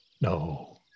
No